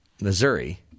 Missouri